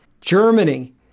Germany